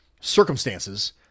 circumstances